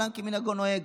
עולם כמנהגו נוהג.